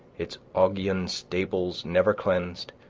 its augean stables never cleansed,